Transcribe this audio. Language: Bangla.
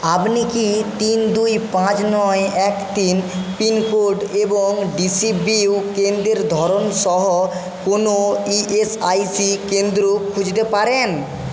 আপনি কি তিন দুই পাঁচ নয় এক তিন পিনকোড এবং ডিসিবিইউ কেন্দ্রের ধরন সহ কোনও ইএসআইসি কেন্দ্র খুঁজতে পারেন